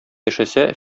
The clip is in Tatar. яшәсә